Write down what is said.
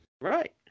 Right